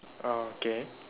orh okay